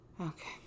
Okay